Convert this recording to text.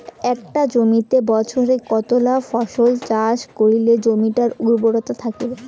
একটা জমিত বছরে কতলা ফসল চাষ করিলে জমিটা উর্বর থাকিবে?